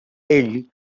ell